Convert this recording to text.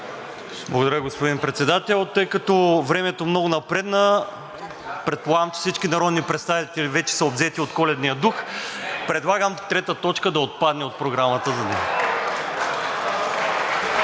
Благодаря, господин Председател. Тъй като времето много напредна, предполагам, че всички народни представители вече са обзети от коледния дух. Предлагам трета точка да отпадне от Програмата.